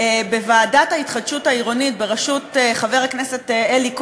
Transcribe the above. בוועדת ההתחדשות העירונית בראשות חבר הכנסת אלי כהן,